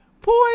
Boy